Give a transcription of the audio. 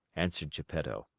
answered geppetto.